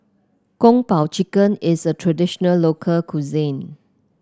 Kung Po Chicken is a traditional local cuisine